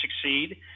succeed